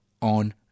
on